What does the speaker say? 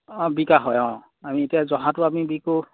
অঁ বিকাশ হয় অঁ আমি এতিয়া জহাটো আমি বিক্ৰী কৰোঁ